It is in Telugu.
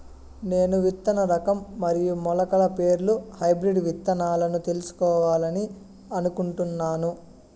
నేను విత్తన రకం మరియు మొలకల పేర్లు హైబ్రిడ్ విత్తనాలను తెలుసుకోవాలని అనుకుంటున్నాను?